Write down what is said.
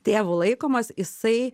tėvu laikomas jisai